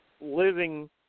living